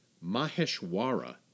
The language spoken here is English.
Maheshwara